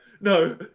no